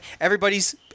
Everybody's